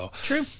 True